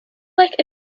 like